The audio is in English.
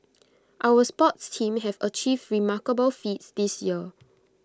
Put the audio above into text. our sports teams have achieved remarkable feats this year